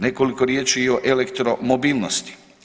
Nekoliko riječi i o elektromobilnosti.